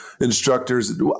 Instructors